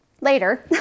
later